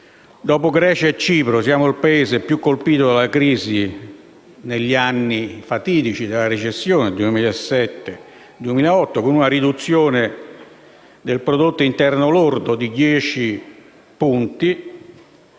Dopo Grecia e Cipro siamo il Paese più colpito dalla crisi negli anni fatidici della recessione del 2007 e del 2008, con una riduzione del prodotto interno lordo di 10 punti.